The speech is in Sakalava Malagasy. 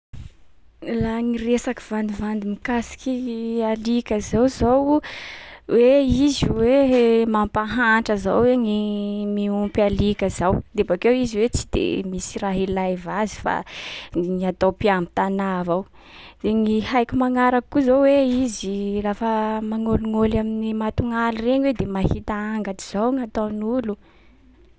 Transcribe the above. Laha gny resaky vandivandy mikasiky alika zao zao, hoe izy hoe he mampahantra zao hoe gny miompy alika zao. De bakeo izy hoe tsy de misy raha ilaiva azy fa n- ny atao mpiamby tanà avao. De gny haiko magnaraky koa zao hoe izy lafa magnôlignôly amin’ny matognaly regny hoe de mahita angatry zao nataon’olo.